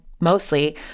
mostly